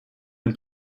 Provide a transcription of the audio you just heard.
and